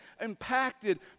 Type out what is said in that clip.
impacted